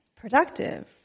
productive